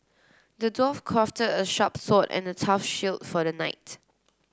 the dwarf crafted a sharp sword and a tough shield for the knight